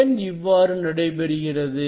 ஏன் இவ்வாறு நடைபெறுகிறது